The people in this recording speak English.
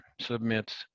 submits